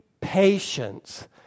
patience